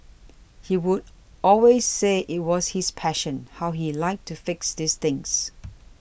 he would always say it was his passion how he liked to fix these things